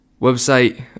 website